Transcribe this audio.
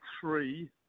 three